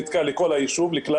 ניתקה לכלל היישוב.